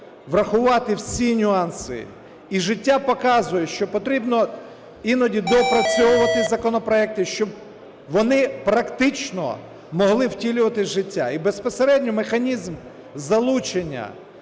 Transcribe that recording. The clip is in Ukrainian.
врахувати всі нюанси, і життя показує, що потрібно іноді доопрацювати законопроекти, щоб вони практично могли втілюватися в життя. І безпосередньо механізм залучення